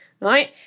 Right